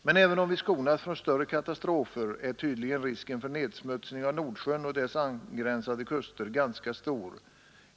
Men även om vi skonas från större katastrofer är tydligen risken för nedsmutsning av Nordsjön och dess angränsande kuster ganska stor.